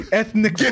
ethnic